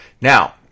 Now